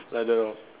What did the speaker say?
like the